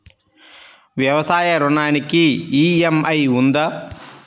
వ్యవసాయ ఋణానికి ఈ.ఎం.ఐ ఉందా?